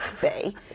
bay